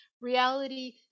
reality